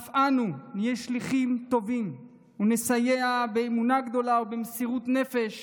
אף אנו נהיה שליחים טובים ונסייע באמונה גדולה ובמסירות נפש